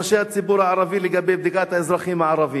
רגישה, בוא נדבר קצת על עובדות, חבר הכנסת טיבי.